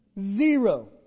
Zero